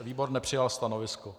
Výbor nepřijal stanovisko.